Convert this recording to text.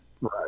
Right